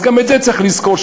אז גם את זה צריך לזכור,